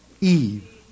Eve